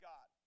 God